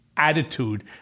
attitude